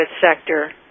sector